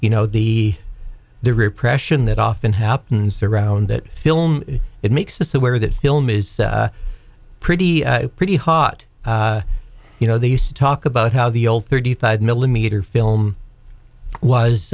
you know the the repression that often happens around that film it makes us aware that film is pretty pretty hot you know they used to talk about how the old thirty five millimeter film was